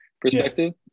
perspective